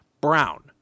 Brown